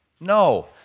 No